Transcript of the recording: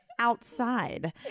Outside